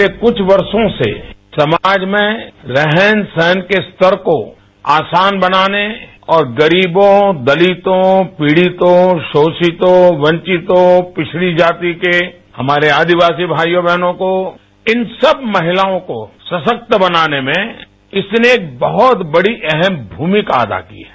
पिछले कुछ वर्षों से समाज में रहन सहन के स्तर को आसान बनाने और गरीबों दलितों पीड़ितों शोषितों वंचितों पिछड़ी जाति के हमारे आदिवासी भाईयो बहनो को इन सब महिलाओं को सशक्त बनाने में इसने बहुत बड़ी अहम भूमिका अदा की है